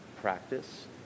practice